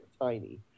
tiny